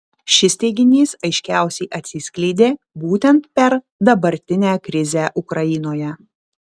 šis teiginys aiškiausiai atsiskleidė būtent per dabartinę krizę ukrainoje